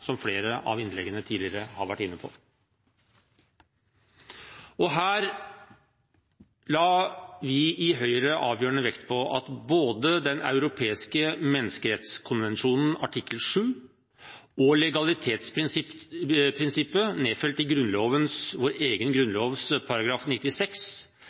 har vært inne på i flere av innleggene tidligere. Her la vi i Høyre avgjørende vekt på at både Den europeiske menneskerettskonvensjon artikkel 7 og legalitetsprinsippet nedfelt i Grunnloven – vår egen grunnlov –§ 96